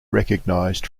recognized